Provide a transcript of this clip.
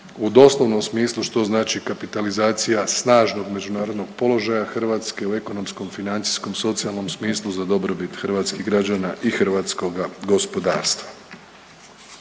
u doslovnom smislu što znači kapitalizacija snažnog međunarodnog položaja Hrvatske u ekonomskom, financijskom i socijalnom smislu za dobrobit hrvatskih građana i hrvatskoga gospodarstva.